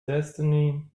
destiny